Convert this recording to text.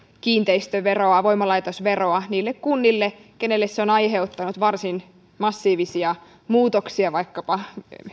kiinteistöveroa voimalaitosveroa niille kunnille joille se on aiheuttanut varsin massiivisia muutoksia vaikkapa